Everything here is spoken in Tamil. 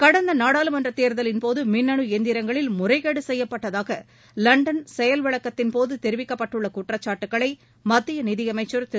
கடந்த நாடாளுமன்ற தேர்தலின்போது மின்னணு எந்திரங்களில் முறைகேடு செய்யப்பட்டதாக லண்டன் செயல் விளக்கத்தின்போது தெரிவிக்கப்பட்டுள்ள குற்றச்சாட்டுக்களை மத்திய நிதியமைச்சர் திரு